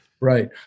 Right